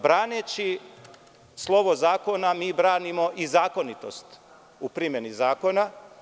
Braneći slovo zakona mi branimo i zakonitost u primeni zakona.